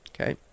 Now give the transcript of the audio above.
Okay